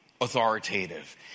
authoritative